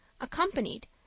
accompanied